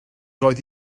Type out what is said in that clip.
roedd